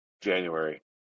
January